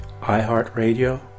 iHeartRadio